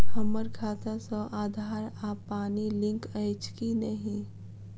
हम्मर खाता सऽ आधार आ पानि लिंक अछि की नहि?